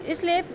اِس لیے